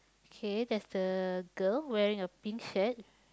okay that's the girl wearing a pink shirt